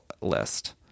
list